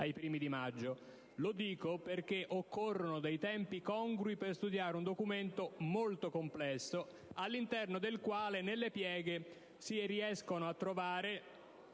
questo perché occorrono dei tempi congrui per studiare un documento molto complesso, all'interno del quale, nelle pieghe, è possibile trovare